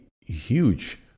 huge